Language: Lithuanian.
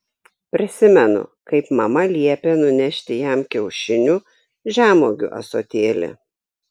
prisimenu kaip mama liepė nunešti jam kiaušinių žemuogių ąsotėlį